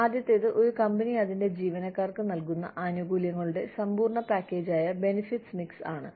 ആദ്യത്തേത് ഒരു കമ്പനി അതിന്റെ ജീവനക്കാർക്ക് നൽകുന്ന ആനുകൂല്യങ്ങളുടെ സമ്പൂർണ്ണ പാക്കേജായ ബെനിഫിറ്റ്സ് മിക്സ് ആണ്